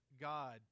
God